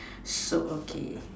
so okay